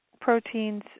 proteins